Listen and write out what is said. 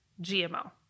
GMO